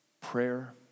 prayer